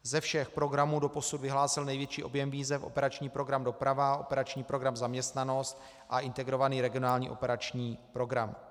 Ze všech programů doposud vyhlásil největší objem výzev operační program Doprava, operační program Zaměstnanost a Integrovaný regionální operační program.